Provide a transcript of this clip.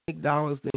dollars